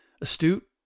astute